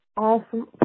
awesome